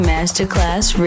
Masterclass